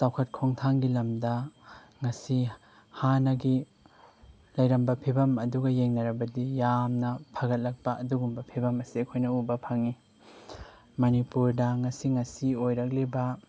ꯆꯥꯎꯈꯠ ꯈꯣꯡꯊꯥꯡꯒꯤ ꯂꯝꯗ ꯉꯁꯤ ꯍꯥꯟꯅꯒꯤ ꯂꯩꯔꯝꯕ ꯐꯤꯕꯝ ꯑꯗꯨꯒ ꯌꯦꯡꯅꯔꯕꯗꯤ ꯌꯥꯝꯅ ꯐꯒꯠꯂꯛꯄ ꯑꯗꯨꯒꯨꯝꯕ ꯐꯤꯕꯝ ꯑꯁꯦ ꯑꯩꯈꯣꯏꯅ ꯎꯕ ꯐꯪꯏ ꯃꯅꯤꯄꯨꯔꯗ ꯉꯁꯤ ꯉꯁꯤ ꯑꯣꯏꯔꯛꯂꯤꯕ